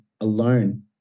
alone